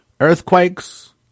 Earthquakes